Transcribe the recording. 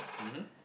mmhmm